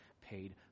paid